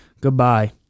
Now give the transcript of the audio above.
Goodbye